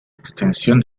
extensión